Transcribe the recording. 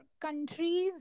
countries